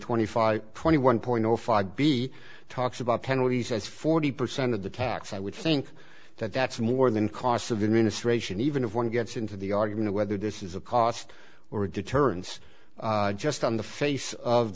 twenty five twenty one point zero five be talks about penalties as forty percent of the tax i would think that that's more than costs of minister and even if one gets into the argument of whether this is a cost or a deterrence just on the face of